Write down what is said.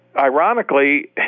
ironically